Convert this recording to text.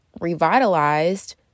revitalized